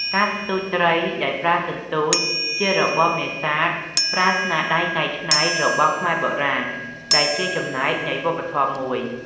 ការស្ទូចត្រីដោយប្រើសន្ទូច ជារបបនេសាទប្រើស្នាដៃកែច្នៃរបស់ខ្មែរបុរាណ ដែលជាចំណែកនៃវប្បធម៌មួយ។